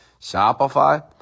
Shopify